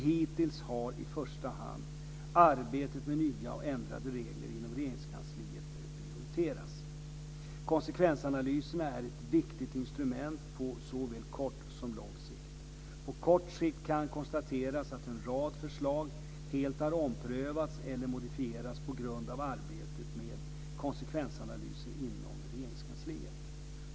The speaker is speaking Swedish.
Hittills har i första hand arbetet med nya och ändrade regler inom Regeringskansliet prioriterats. Konsekvensanalyserna är ett viktigt instrument på såväl kort som lång sikt. På kort sikt kan konstateras att en rad förslag helt har omprövats eller modifierats på grund av arbetet med konsekvensanalyser inom Regeringskansliet.